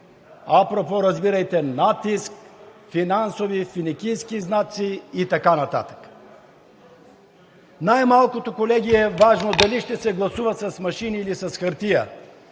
апропо разбирайте натиск, финансови и финикийски знаци и така нататък. Най-малкото, колеги, е важно дали ще се гласува с машини или с хартия.